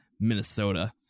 Minnesota